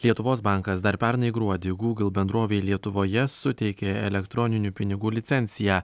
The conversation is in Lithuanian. lietuvos bankas dar pernai gruodį google bendrovei lietuvoje suteikė elektroninių pinigų licenciją